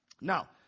Now